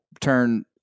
turn